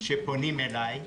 שפונים אליי.